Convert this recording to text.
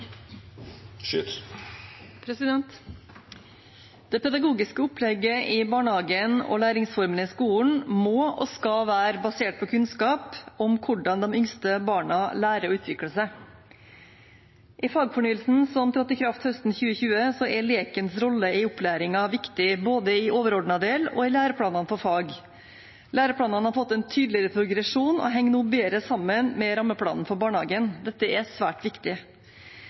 Det pedagogiske opplegget i barnehagen og læringsformene i skolen må og skal være basert på kunnskap om hvordan de yngste barna lærer og utvikler seg. I Fagfornyelsen, som trådte i kraft høsten 2020, er lekens rolle i opplæringen viktig både i overordnet del og i læreplanene for fag. Læreplanene har fått en tydeligere progresjon og henger nå bedre sammen med rammeplanen for barnehagen. Dette er svært viktig.